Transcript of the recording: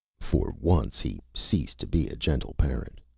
for once he ceased to be a gentle parent.